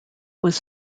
was